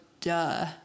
duh